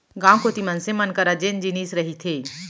गाँव कोती मनसे मन करा जेन जिनिस रहिथे